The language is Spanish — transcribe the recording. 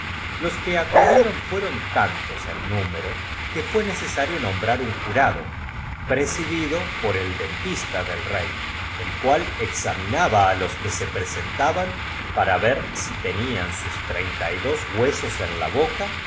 los que acudieron fueron tantos en número que fué necesario nombrar un jurado presidíintimo encargado de velar sobre la opinión do por el dentista del rey el cual examipública el cual estaba en gran predica naba á los que e presentaban para ver si tenfan sus treinta y dos huesos en la cesa